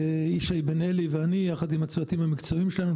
ישי בן אלי ואני יחד עם הצוותים המקצועיים שלנו.